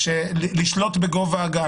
לשלוט בגובה הגל,